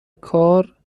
کار